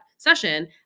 session